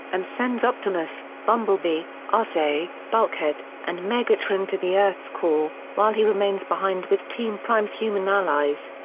and sends optimus, bumblebee, arcee, bulkhead, and megatron to the earth's core, while he remains behind with team prime's human allies.